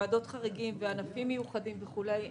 ועדות חריגים וענפים מיוחדים וכולי,